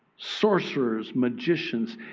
sorcerers, magicians.